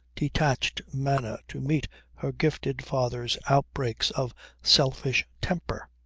detached manner to meet her gifted father's outbreaks of selfish temper.